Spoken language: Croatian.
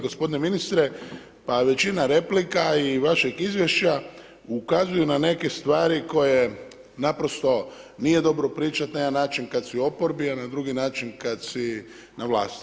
Gospodine ministre, pa većina replika i vašeg izvješća ukazuju na neke stvari koje naprosto nije dobro pričati na jedan način kada si u oporbi a na drugi način kada si na vlasti.